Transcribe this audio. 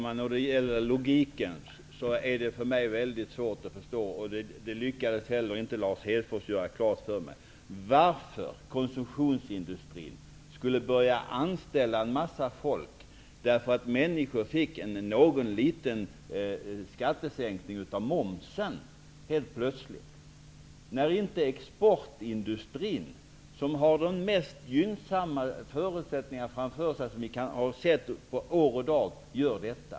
Herr talman! Jag har mycket svårt att förstå logiken -- Lars Hedfors lyckades inte förklara detta för mig. Varför skulle konsumtionsindustrin börja anställa en massa folk när människor helt plötsligt får en liten sänkning av momsen? Exportindustrin har ju de mest gynnsamma förutsättningarna på år och dag, men där anställer man inte.